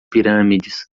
pirâmides